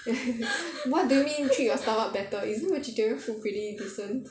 what do you mean treat your stomach better isn't vegetarian food pretty decent